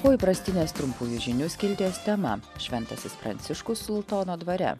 po įprastinės trumpųjų žinių skilties tema šventasis pranciškus sultono dvare